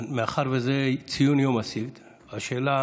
מאחר שזה ציון יום הסיגד, השאלה